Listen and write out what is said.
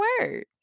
word